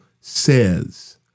says